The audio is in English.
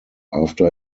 after